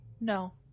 No